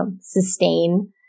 sustain